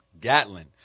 Gatlin